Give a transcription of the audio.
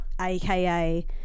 aka